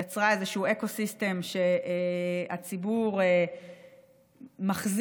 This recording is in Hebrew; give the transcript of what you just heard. יצר איזשהו אקו-סיסטם שהציבור מחזיר,